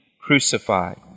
crucified